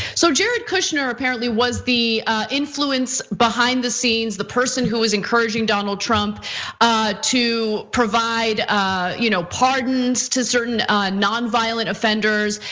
so jared kushner apparently was the influence behind the scenes, the person who was encouraging donald trump to provide ah you know pardons to certain non-violent offenders,